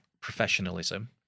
professionalism